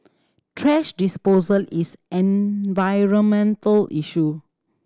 thrash disposal is an environmental issue